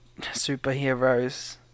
superheroes